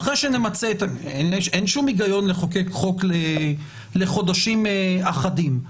אין שום היגיון לחוקק חוק לחודשים אחדים.